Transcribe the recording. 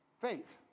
faith